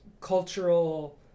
cultural